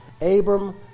Abram